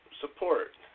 support